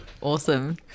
Awesome